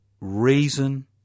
reason